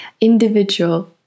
individual